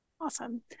Awesome